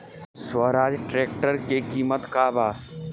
Swaraj tractor के किमत का बा?